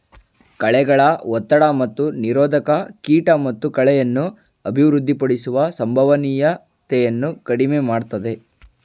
ಕಳೆಗಳ ಒತ್ತಡ ಮತ್ತು ನಿರೋಧಕ ಕೀಟ ಮತ್ತು ಕಳೆಯನ್ನು ಅಭಿವೃದ್ಧಿಪಡಿಸುವ ಸಂಭವನೀಯತೆಯನ್ನು ಕಡಿಮೆ ಮಾಡ್ತದೆ